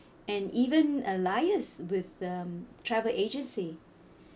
and even alias with um travel agency